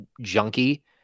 junkie